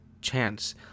chance